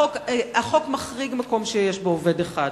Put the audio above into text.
החוק מחריג מקום שיש בו עובד אחד.